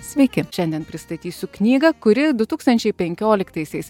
sveiki šiandien pristatysiu knygą kuri du tūkstančiai penkioliktaisiais